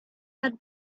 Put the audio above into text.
had